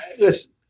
listen